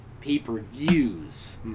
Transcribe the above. pay-per-views